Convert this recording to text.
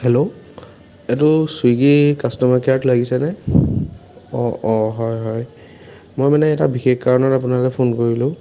hello এইটো Swiggy customer কেয়াৰত লাগিছেনে অঁ অঁ হয় হয় মই মানে এটা বিশেষ কাৰণত আপোনালৈ ফোন কৰিলো